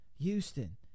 Houston